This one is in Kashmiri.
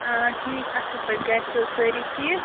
آ ٹھیٖک اَصٕل پٲٹھۍ گَرِ چھِو حظ سٲری ٹھیٖک